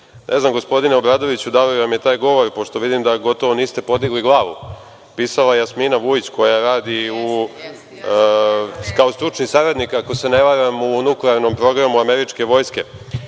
znam, gospodine Obradoviću, da li vam je taj govor, pošto vidim da gotovo niste podigli glavu, pisala Jasmina Vujić, koja radi kao stručni saradnik, ako se ne varam, u nuklearnom programu američke vojske. Ne